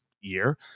year